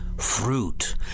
Fruit